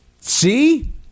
see